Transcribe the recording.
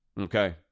okay